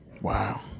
Wow